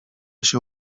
się